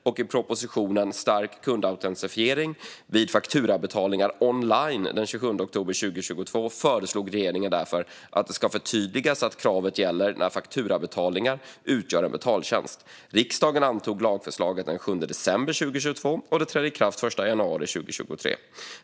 I propositionen Stark kundautentisering vid fakturabetalningar online den 27 oktober 2022 föreslog regeringen därför att det ska förtydligas att kravet gäller när fakturabetalningar utgör en betaltjänst. Riksdagen antog lagförslaget den 7 december 2022, och det trädde i kraft den 1 januari 2023.